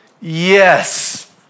yes